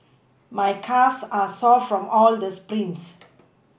my calves are sore from all the sprints